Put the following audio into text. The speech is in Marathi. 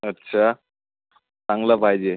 अच्छा चांगलं पाहिजे